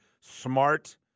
smart